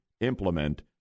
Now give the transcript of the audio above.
Implement